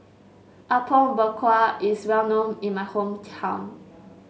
Apom Berkuah is well known in my hometown